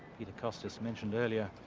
the the cost. as mentioned earlier,